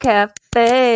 Cafe